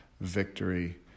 victory